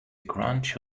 crunch